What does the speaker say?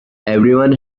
everyone